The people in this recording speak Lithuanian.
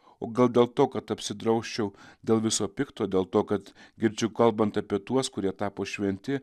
o gal dėl to kad apsidrausčiau dėl viso pikto dėl to kad girdžiu kalbant apie tuos kurie tapo šventi